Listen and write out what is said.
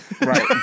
Right